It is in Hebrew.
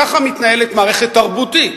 ככה מתנהלת מערכת תרבותית,